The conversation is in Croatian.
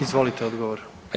Izvolite odgovor.